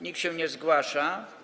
Nikt się nie zgłasza.